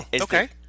okay